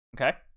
Okay